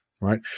right